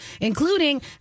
including